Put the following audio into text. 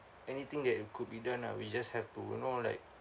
anything that it could be done ah we just have to you know like